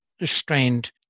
restrained